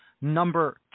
number